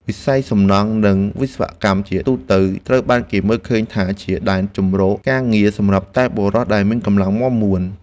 វិស័យសំណង់ និងវិស្វកម្មជាទូទៅត្រូវបានគេមើលឃើញថាជាដែនជម្រកការងារសម្រាប់តែបុរសដែលមានកម្លាំងមាំមួន។